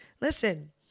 listen